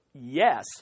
yes